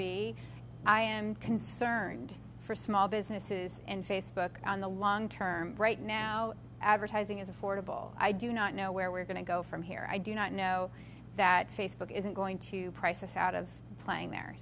be i am concerned for small businesses and facebook on the long term right now advertising is affordable i do not know where we're going to go from here i do not know that facebook isn't going to price us out of playing there